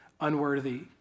unworthy